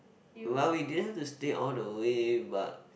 well we didn't have to stay all the way but